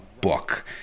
book